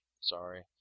Sorry